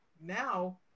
now